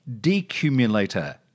decumulator